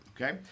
okay